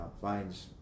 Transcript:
finds